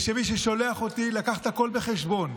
ושמי ששולח אותי לקח הכול בחשבון.